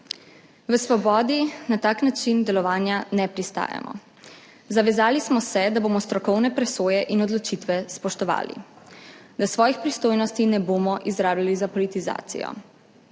V Svobodi na tak način delovanja ne pristajamo. Zavezali smo se, da bomo strokovne presoje in odločitve spoštovali, da svojih pristojnosti ne bomo izrabljali za politizacijo.